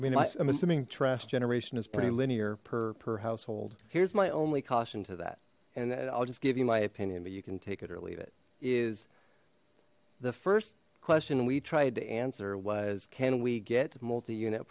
mean i am assuming trash generation is pretty linear per per household here's my only caution to that and i'll just give you my opinion but you can take it or leave it is the first question we tried to answer was can we get multi unit